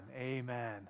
Amen